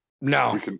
No